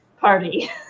party